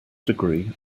degree